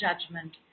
judgment